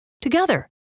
together